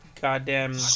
goddamn